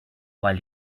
while